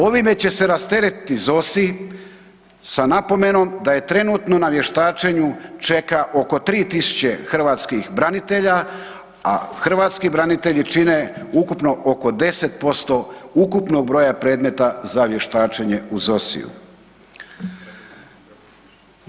Ovime će se rasteretiti ZOSI sa napomenom da je trenutno na vještačenju čeka oko 3 tisuće hrvatskih branitelja, a hrvatski branitelji čine ukupno oko 10% ukupnog broja predmeta za vještačenje u ZOSI-ju.